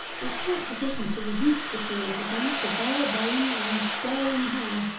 is quite sufficient to reduce the poor little things to bare bones and staring hair,